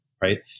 right